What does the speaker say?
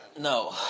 No